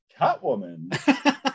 Catwoman